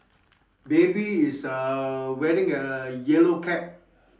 baby is uh wearing a yellow cap